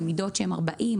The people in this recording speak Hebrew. במידות 40,